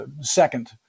second